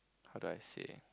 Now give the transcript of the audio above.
how do I say